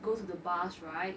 go to the bars right